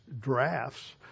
drafts